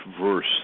verse